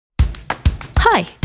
Hi